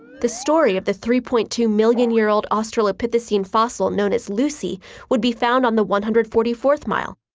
the story of the three point two million year-old australopithecine fossil known as lucy would be found on the one hundred and forty fourth mile,